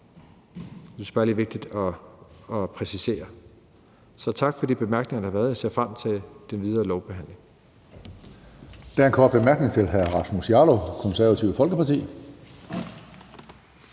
det. Så jeg vil sige tak for de bemærkninger, der har været, og jeg ser frem til den videre lovbehandling.